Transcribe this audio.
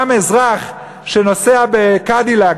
גם אזרח שנוסע ב"קדילק",